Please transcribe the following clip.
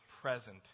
present